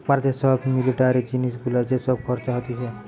ভারতে সব মিলিটারি জিনিস গুলার যে সব খরচ হতিছে